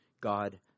God